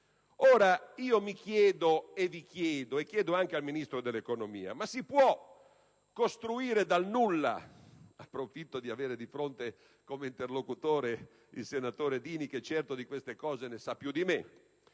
Sud. Mi chiedo, vi chiedo, e chiedo anche al Ministro dell'economia: ma si può costruire dal nulla una banca (approfitto di avere di fronte, come interlocutore, il senatore Dini, che certo di queste cose ne sa più di me),